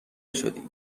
شدی